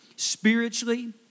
Spiritually